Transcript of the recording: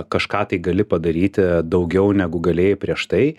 kažką tai gali padaryti daugiau negu galėjai prieš tai